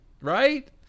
Right